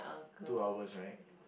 two hours right